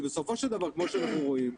בסופו של דבר כמו שאנחנו רואים,